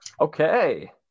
Okay